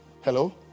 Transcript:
Hello